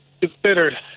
considered